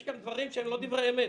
יש כאן דברים שהם לא דברי אמת.